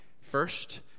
First